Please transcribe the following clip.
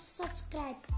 subscribe